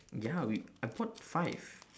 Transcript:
ya we I bought five